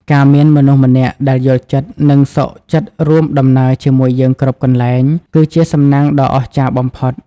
ការមានមនុស្សម្នាក់ដែលយល់ចិត្ត និងសុខចិត្តរួមដំណើរជាមួយយើងគ្រប់កន្លែង គឺជាសំណាងដ៏អស្ចារ្យបំផុត។